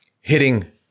hitting